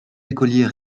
écoliers